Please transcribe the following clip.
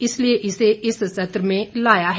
इसलिए इसे इस सत्र में लाया है